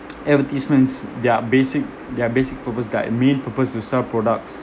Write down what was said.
advertisements their basic their basic purpose their main purpose is to sell products